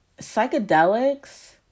psychedelics